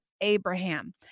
Abraham